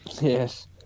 Yes